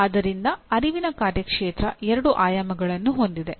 ಆದ್ದರಿಂದ ಅರಿವಿನ ಕಾರ್ಯಕ್ಷೇತ್ರ ಎರಡು ಆಯಾಮಗಳನ್ನು ಹೊಂದಿದೆ